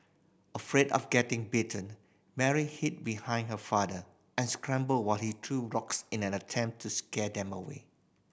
afraid of getting bitten Mary hid behind her father and screamed while he threw rocks in an attempt to scare them away